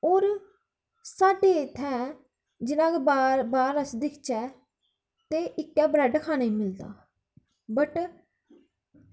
होर साढ़े इत्थै जि'यां कि बाह्र अस दिक्खचै तेइक्कै ब्रेड खानै गी मिलदा होर